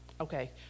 okay